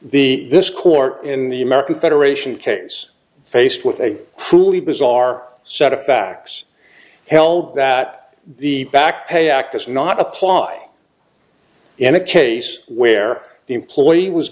the this court in the american federation case faced with a truly bizarre set of facts held that the back pay act is not applied in a case where the employee was